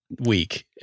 week